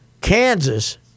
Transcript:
kansas